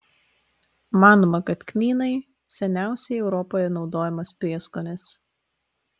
manoma kad kmynai seniausiai europoje naudojamas prieskonis